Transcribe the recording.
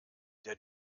der